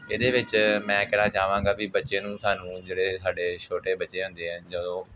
ਇਹਦੇ ਵਿੱਚ ਮੈਂ ਕਹਿਣਾ ਚਾਹਾਂਗਾ ਵੀ ਬੱਚੇ ਨੂੰ ਸਾਨੂੰ ਜਿਹੜੇ ਸਾਡੇ ਛੋਟੇ ਬੱਚਿਆਂ ਹੁੰਦੇ ਆ ਜਦੋਂ